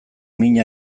min